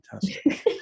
fantastic